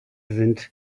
sind